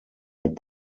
had